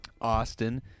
Austin